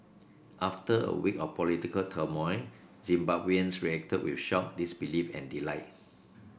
after a week of political turmoil Zimbabweans reacted with shock disbelief and delight